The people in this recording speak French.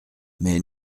mais